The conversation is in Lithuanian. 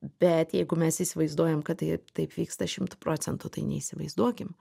bet jeigu mes įsivaizduojam kad tai taip vyksta šimtu procentų tai neįsivaizduokim